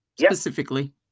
Specifically